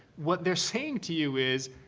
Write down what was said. what they're saying to you is,